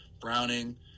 Browning